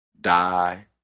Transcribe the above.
die